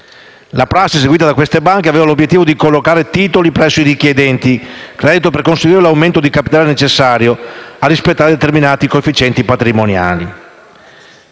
La prassi seguita da queste banche aveva l'obiettivo di collocare titoli presso i richiedenti credito per conseguire l'aumento di capitale necessario a rispettare determinati coefficienti patrimoniali.